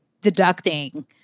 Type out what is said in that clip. deducting